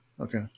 Okay